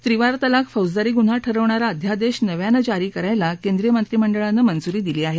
त्रिवार तलाक फौजदारी गुन्हा ठरवणारा अध्यादेश नव्यानं जारी करायला कॅद्रीय मंत्रिमंडळानं मंजुरी दिली आहे